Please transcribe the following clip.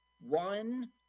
one